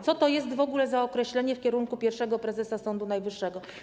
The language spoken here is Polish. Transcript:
Co to jest w ogóle za określenie działań pierwszego prezesa Sądu Najwyższego?